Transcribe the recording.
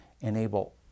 enable